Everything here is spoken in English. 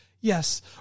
Yes